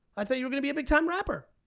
i thought you were gonna be a big time rapper?